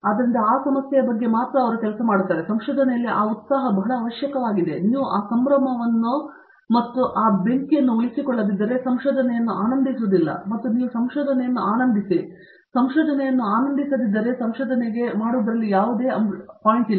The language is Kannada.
ಆದುದರಿಂದ ಆ ಸಮಸ್ಯೆಯ ಬಗ್ಗೆ ಮಾತ್ರ ಅವರು ಕೆಲಸ ಮಾಡುತ್ತಿದ್ದಾರೆ ಮತ್ತು ಸಂಶೋಧನೆಯಲ್ಲಿ ಆ ಉತ್ಸಾಹ ಬಹಳ ಅವಶ್ಯಕವಾಗಿದೆ ನೀವು ಆ ಸಂಭ್ರಮವನ್ನು ಮತ್ತು ಆ ಬೆಂಕಿಯನ್ನು ಉಳಿಸಿಕೊಳ್ಳದಿದ್ದರೆ ಸಂಶೋಧನೆ ಆನಂದಿಸುವುದಿಲ್ಲ ಮತ್ತು ನೀವು ಸಂಶೋಧನೆಯೊಂದನ್ನು ಆನಂದಿಸಿ ಮಾಡದಿದ್ದರೆ ಸಂಶೋಧನೆಗೆ ಯಾವುದೇ ಪಾಯಿಂಟ್ ಇಲ್ಲ